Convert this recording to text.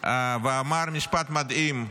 ואמר משפט מדהים,